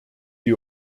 die